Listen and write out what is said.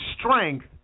strength